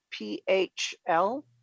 PHL